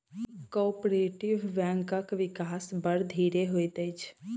cooperative बैंकक विकास बड़ धीरे होइत अछि